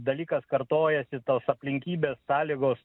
dalykas kartojasi tos aplinkybės sąlygos